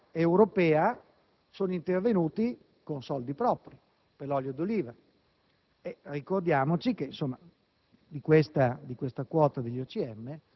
oltre alla coperta europea, sono intervenuti con soldi propri per l'olio d'oliva. Ricordiamoci che nell'OCM